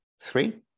Three